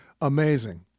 amazing